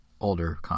older